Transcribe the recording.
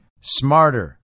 smarter